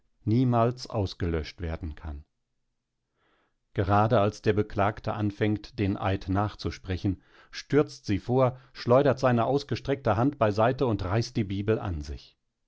niemals ausgelöscht werden kann gerade als der beklagte anfängt den eid nachzusprechen stürzt sie vor schleudert seine ausgestreckte hand beiseite und reißt die bibel an sich